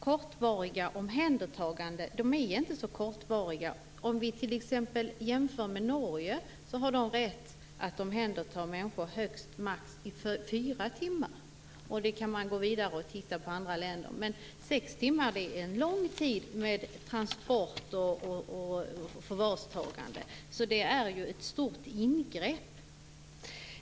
Kortvariga omhändertaganden är inte så kortvariga. Om vi t.ex. jämför med Norge har man där rätt att omhänderta människor i maximalt fyra timmar, och vi kan gå vidare och titta på andra länder. Sex timmar är en lång tid med transporter och förvarstagande. Det är ett stort ingrepp.